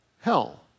hell